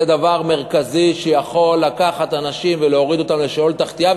זה דבר מרכזי שיכול לקחת אנשים ולהוריד אותם לשאול תחתייה.